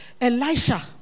Elisha